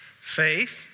Faith